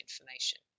information